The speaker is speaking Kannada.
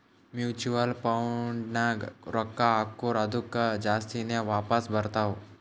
ಮ್ಯುಚುವಲ್ ಫಂಡ್ನಾಗ್ ರೊಕ್ಕಾ ಹಾಕುರ್ ಅದ್ದುಕ ಜಾಸ್ತಿನೇ ವಾಪಾಸ್ ಬರ್ತಾವ್